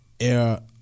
Air